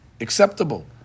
acceptable